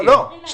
יש